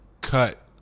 cut